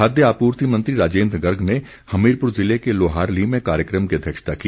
खाद्य आपूर्ति मंत्री राजेन्द्र गर्ग ने हमीरपुर ज़िले के लोहारली में कार्यक्रम की अध्यक्षता की